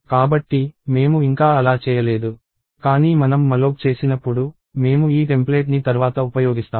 కాబట్టి మేము ఇంకా అలా చేయలేదు కానీ మనం malloc చేసినప్పుడు మేము ఈ టెంప్లేట్ని తర్వాత ఉపయోగిస్తాము